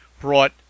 brought